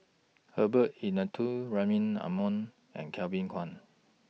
Herbert Eleuterio Rahim Omar and Kevin Kwan